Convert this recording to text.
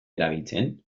erabiltzen